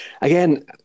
again